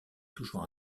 toujours